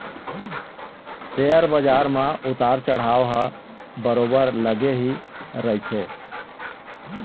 share बजार म उतार चढ़ाव ह बरोबर लगे ही रहिथे